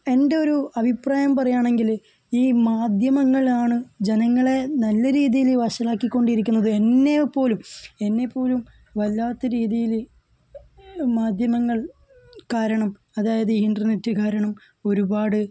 എൻ്റെ ഒരു അഭിപ്രായം പറയുകയാണെങ്കിൽ ഈ മാധ്യമങ്ങളാണ് ജനങ്ങളെ നല്ല രീതിയിൽ വഷളാക്കി കൊണ്ടിരിക്കുന്നത് എന്നെ പോലും എന്നെ പോലും വല്ലാത്ത രീതിയിൽ മാധ്യമങ്ങൾ കാരണം അതായത് ഇൻറ്റർനെറ്റ് കാരണം ഒരുപാട്